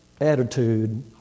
attitude